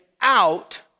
out